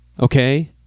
Okay